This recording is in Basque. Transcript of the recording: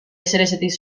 ezerezetik